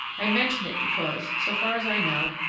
i mention it because, so far as i know,